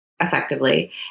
effectively